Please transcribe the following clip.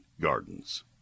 gardens